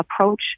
approach